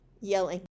yelling